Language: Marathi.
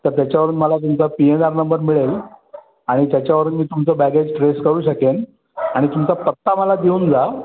तर त्याच्यावरून मला तुमचा पी एन आर नंबर मिळेल आणि त्याच्यावरून मी तुमचं बॅगेज ट्रेस करू शकेन आणि तुमचा पत्ता मला देऊन जा